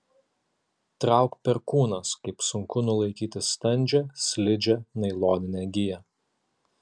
trauk perkūnas kaip sunku nulaikyti standžią slidžią nailoninę giją